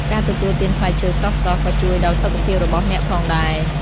ការទទួលទានផ្លែឈើស្រស់ៗក៏ជួយដល់សុខភាពរបស់អ្នកផងដែរ។